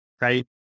Right